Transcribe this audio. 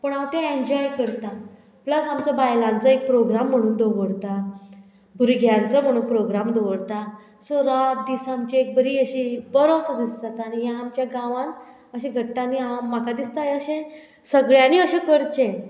पूण हांव तें एन्जॉय करतां प्लस आमचो बायलांचो एक प्रोग्राम म्हणून दवरता भुरग्यांचो म्हणून प्रोग्राम दवरता सो रात दीस आमची एक बरी अशी बरोसो दीस जाता आनी हे आमच्या गांवांत अशें घडटा आनी हांव म्हाका दिसता अशें सगळ्यांनी अशें करचें